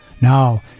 Now